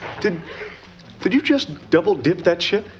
and but you just double-dip that chip?